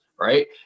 right